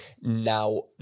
Now